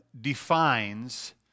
defines